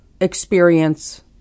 experience